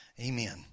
Amen